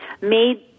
made